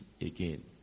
again